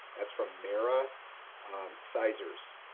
that's from mira sizers.